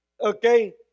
Okay